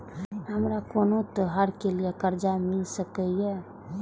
हमारा कोनो त्योहार के लिए कर्जा मिल सकीये?